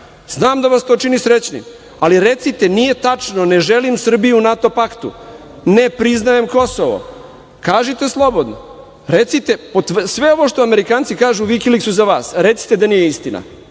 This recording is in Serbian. Znam da vas to čini srećnim, ali recite, nije tačno, ne želim Srbiju u NATO paktu, ne priznajem Kosovo, kažite slobodno. Recite, sve ovo što Amerikanci kažu, Vikiliks su za vas, recite da nije istina,